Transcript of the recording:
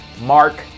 mark